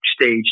stage